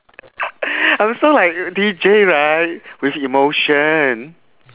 I'm so like D_J right with emotion